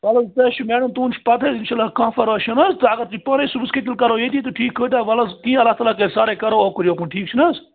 چلو تُہۍ حظ چھِو میڈَم تُہُنٛد چھِ پَتہے اِنشاء اللہ کانٛہہ پَرواے چھُنہٕ حظ اگر تُہۍ پانے صُبَحس کٮُ۪تھ کرو ییٚتہِ تہٕ ٹھیٖک کٲتیٛاہ وَلہٕ حظ اللہ تعالیٰ کَرِ سَہلے کَرو اوٚکُن یوٚکُن ٹھیٖک چھُنہٕ حظ